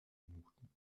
minuten